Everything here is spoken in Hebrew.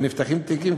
ונפתחים תיקים,